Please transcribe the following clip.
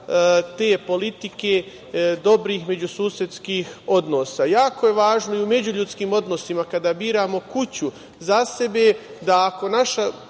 te politike dobrih međususedskih odnosa. Jako je važno i u međuljudskim odnosima, kada biramo kuću za sebe, da ako naša